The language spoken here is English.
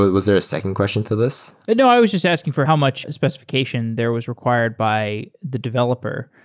was there a second question to this? no. i was just asking for how much specification there was required by the developer?